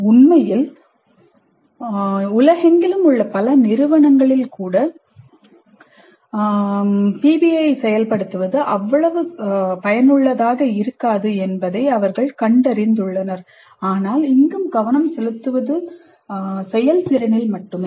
உண்மையில் உலகெங்கிலும் உள்ள பல நிறுவனங்களில் கூட PBI செயல்படுத்துவது அவ்வளவு பயனுள்ளதாக இருக்காது என்பதை கண்டறிந்துள்ளனர் ஆனால் இங்கு கவனம் செலுத்துவது செயல்திறனில் தான்